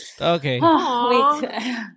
Okay